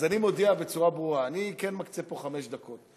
אז אני מודיע בצורה ברורה: אני כן מקצה פה חמש דקות.